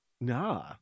nah